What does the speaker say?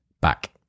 back